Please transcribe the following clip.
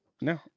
No